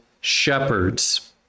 shepherds